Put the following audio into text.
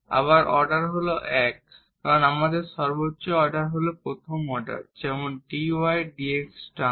আবার অর্ডার হল 1 কারণ আমাদের সর্বোচ্চ অর্ডার হল প্রথম অর্ডার যেমন dy dx টার্ম